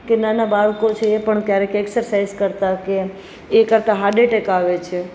કે નાના બાળકો છે એ પણ ક્યારેક એક્સસાઇઝ કરતાં કે એ કરતાં હાર્ડ અટેક આવે છે